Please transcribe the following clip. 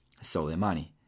Soleimani